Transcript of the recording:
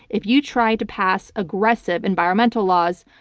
if you try to pass aggressive environmental laws,